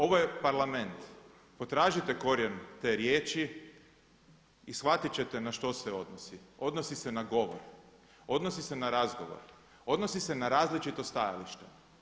Ovo je Parlament, potražite korijen te riječi i shvatit će te na što se odnosi, odnosi se na govor, odnosi se na razgovor, odnosi se na različito stajalište.